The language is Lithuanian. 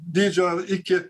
dydžio iki